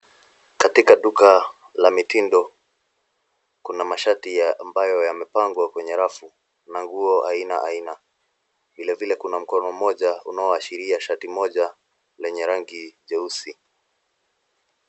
Katika duka la mitindo kuna mashati ambayo yamepangwa kwenye rafu na nguo aina aina. Vile vile kuna mkono mmoja unaoashiria shati moja lenye rangi jeusi.